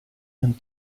and